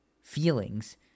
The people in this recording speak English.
feelings